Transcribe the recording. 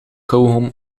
kauwgom